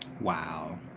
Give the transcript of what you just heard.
wow